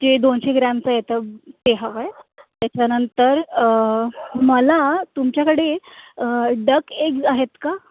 जे दोनशे ग्रॅमचं येतं ते हवं आहे त्याच्यानंतर मला तुमच्याकडे डक एक्झ आहेत का